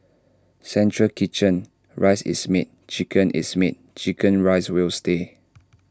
central kitchen rice is made chicken is made Chicken Rice will stay